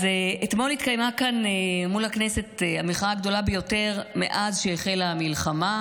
אז אתמול התקיימה כאן מול הכנסת המחאה הגדולה ביותר מאז שהחלה המלחמה,